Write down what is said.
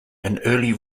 early